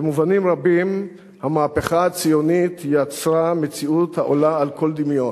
במובנים רבים המהפכה הציונית יצרה מציאות העולה על כל דמיון,